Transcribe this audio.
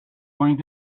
going